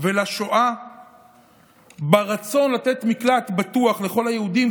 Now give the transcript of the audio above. ולשואה ברצון לתת מקלט בטוח לכל היהודים,